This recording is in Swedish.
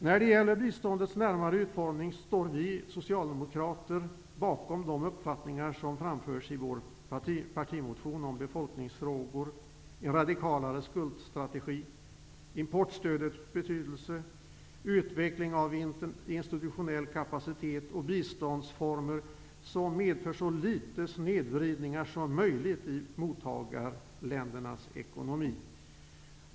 När det gäller biståndets närmare utformning står vi socialdemokrater bakom de uppfattningar som framförs i vår partimotion om befolkningsfrågor, en radikalare skuldstrategi, importstödets betydelse, utveckling av institutionell kapacitet och biståndsformer som medför så litet snedvridningar som möjligt i mottagarländernas ekonomi.